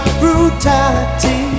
brutality